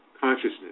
consciousness